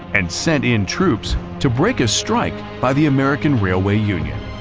and sent in troops to break a strike by the american railway union.